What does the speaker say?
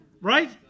right